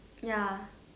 ya